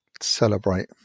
celebrate